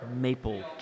maple